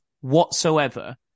whatsoever